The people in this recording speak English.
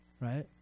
right